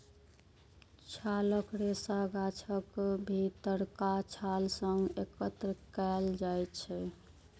छालक रेशा गाछक भीतरका छाल सं एकत्र कैल जाइ छै